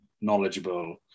knowledgeable